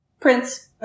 Prince